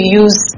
use